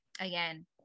again